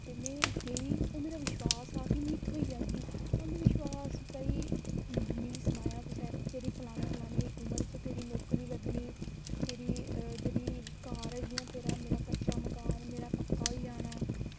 ते में गेई ओह् मेरा विश्वास हा की मिगी थ्होई जाह्गी अंधविश्वास भई ते मिगी सनाया कुसै की तेरी फलानी फलानी नौकरी लग्गनी तेरी जेह्ड़ी घर ऐ जि'यां मेरा कच्चा मकान पक्का होई जाना